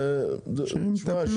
סוגיית הרעש תראה,